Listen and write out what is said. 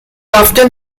often